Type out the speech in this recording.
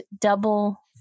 double